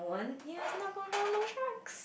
you must sharks